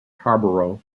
harborough